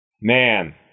Man